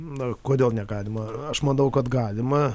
na kodėl negalima aš manau kad galima